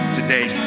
today